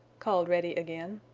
called reddy again.